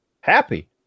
happy